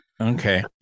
Okay